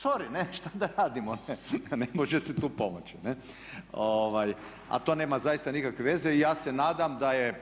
sorry ne, šta da radimo, ne može se tu pomoći. A to nema zaista nekakve veze i ja se nadam da je,